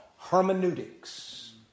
hermeneutics